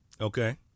Okay